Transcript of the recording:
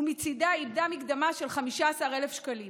והיא מצידה איבדה מקדמה של 15,000 שקלים.